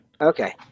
Okay